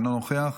אינו נוכח,